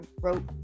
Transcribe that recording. wrote